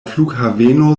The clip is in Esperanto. flughaveno